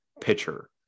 pitcher